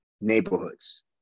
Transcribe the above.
neighborhoods